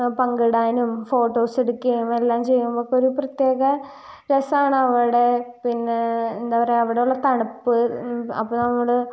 പങ്കിടാനും ഫോട്ടോസ് എടുക്കുകയും എല്ലാം ചെയ്യുമ്പോൾ ഒക്കെ ഒരു പ്രത്യേക രസമാണ് അവിടെ പിന്നെ എന്താണ് പറയുക അവിടെയുള്ള തണുപ്പ് അപ്പം നമ്മൾ